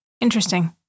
Interesting